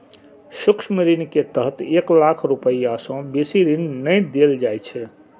सूक्ष्म ऋण के तहत एक लाख रुपैया सं बेसी ऋण नै देल जाइ छै